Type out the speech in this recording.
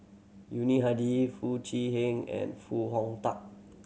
Yuni Hadi Foo Chee Han and Foo Hong Tatt